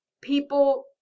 people